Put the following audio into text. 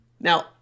Now